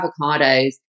avocados